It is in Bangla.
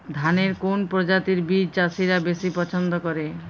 ধানের কোন প্রজাতির বীজ চাষীরা বেশি পচ্ছন্দ করে?